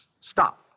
stop